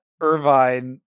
Irvine